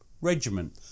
regiment